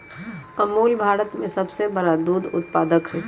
अमूल भारत में सबसे बड़ा दूध उत्पादक हई